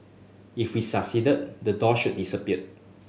if we succeed the doors should disappear